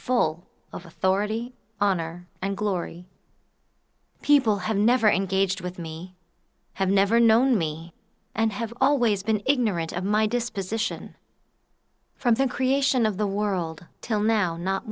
full of authority honor and glory people have never engaged with me have never known me and have always been ignorant of my disposition from the creation of the world till now not